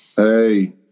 Hey